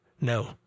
No